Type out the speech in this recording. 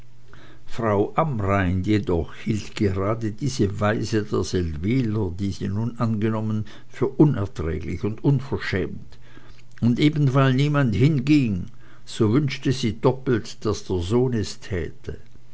frau amrain jedoch hielt gerade diese weise der seldwyler die sie nun angenommen für unerträglich und unverschämt und eben weil niemand hinging so wünschte sie doppelt daß ihr sohn es täte